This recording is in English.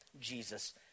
Jesus